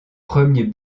premiers